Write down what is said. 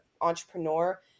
entrepreneur